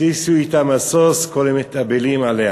שישו אתה משוש כל המתאבלים עליה"